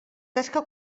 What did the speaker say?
tasca